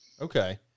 okay